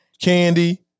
Candy